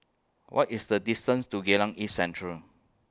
What IS The distance to Geylang East Central